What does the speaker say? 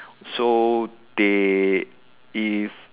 so they if